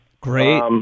Great